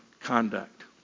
conduct